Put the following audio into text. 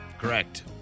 Correct